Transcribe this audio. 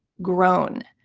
grown.